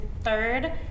third